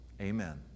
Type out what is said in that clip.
Amen